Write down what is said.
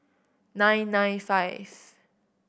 nine nine five